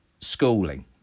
schooling